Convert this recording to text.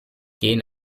gehen